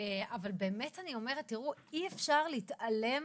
אבל אי אפשר להתעלם